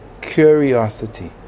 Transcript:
curiosity